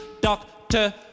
Doctor